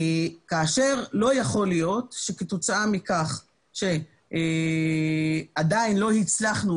כאשר לא יכול להיות שכתוצאה מכך שעדיין לא הצלחנו